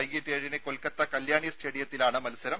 വൈകീട്ട് ഏഴിന് കൊൽക്കത്ത കല്യാണി സ്റ്റേഡിയത്തിലാണ് മത്സരം